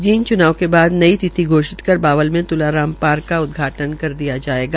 जींद च्नाव के बाद नई तिथि घोषित कर बावल में तुलाराम पार्क का उदघाटन किया जायेगा